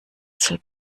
soll